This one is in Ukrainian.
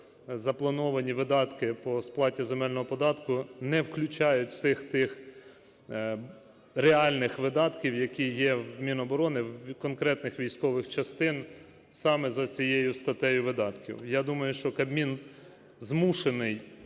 заплановані видатки по сплаті земельного податку не включають усіх тих реальних видатків, які є в Міноборони, в конкретних військових частин саме за цією статтею видатків. Я думаю, що Кабмін змушений